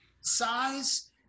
size